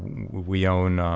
we own,